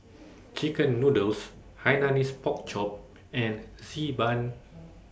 Chicken Noodles Hainanese Pork Chop and Xi Ban